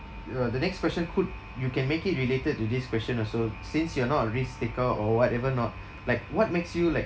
uh the next question could you can make it related to this question also since you're not a risk taker or whatever not like what makes you like